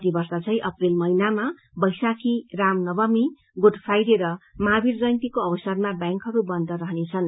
प्रतिवर्ष झैं अप्रेल महिनामा बैशाखी राम नवमी गुड फ्राइडे र महावीर जयन्तीको अवसरमा ब्यांकहय बन्द रहनेछन्